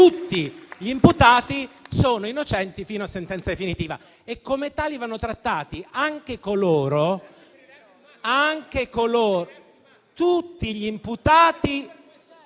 Tutti gli imputati sono innocenti fino a sentenza definitiva e come tali vanno trattati, anche coloro... *(Commenti).*